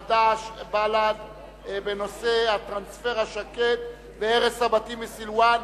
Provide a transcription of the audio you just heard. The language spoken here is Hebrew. חד"ש ובל"ד בנושא: הטרנספר השקט והרס הבתים בסילואן,